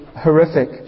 horrific